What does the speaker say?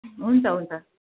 हुन्छ हुन्छ